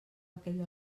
aquell